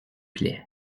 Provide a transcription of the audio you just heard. plait